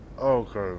Okay